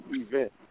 event